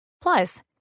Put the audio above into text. Plus